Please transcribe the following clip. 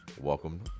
Welcome